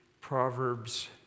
Proverbs